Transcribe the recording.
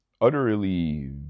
utterly